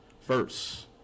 First